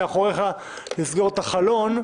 בסכום הכולל אנחנו עושים סיבוב של 360 מעלות.